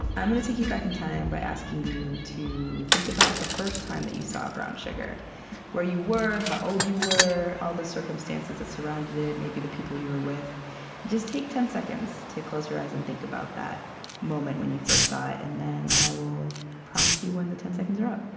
i'm going to take you back in time by asking you to think about the first time that you saw brown sugar where you were, how old you were, all the circumstances that surrounded it, maybe the people you were with. and just take ten seconds to close your eyes and think about that moment when you first saw it. and then i will prompt you when the ten seconds are up